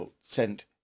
sent